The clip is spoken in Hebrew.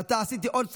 עתה עשיתי עוד צעד,